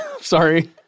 Sorry